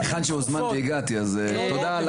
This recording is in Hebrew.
להיכן שהוזמנתי הגעתי, אבל תודה.